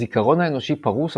הזיכרון האנושי פרוס,